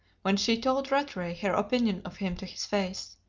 when she told rattray her opinion of him to his face.